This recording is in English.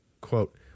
quote